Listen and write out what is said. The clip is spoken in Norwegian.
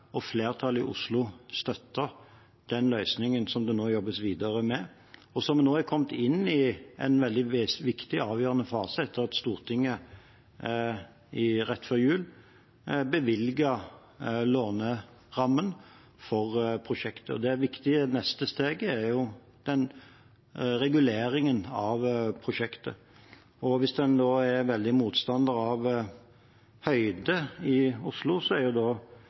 og flertallet i Oslo støttet den løsningen som det nå jobbes videre med, og som nå er kommet inn i en veldig avgjørende fase etter at Stortinget rett før jul bevilget lånerammen for prosjektet. Det viktige neste steget er jo reguleringen av prosjektet. Hvis en da er veldig motstander av høyde i Oslo, er